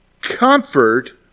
comfort